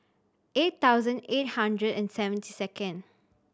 eight thousand eight hundred and seventy second